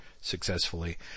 successfully